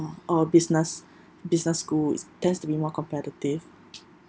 or business business school tends to be more competitive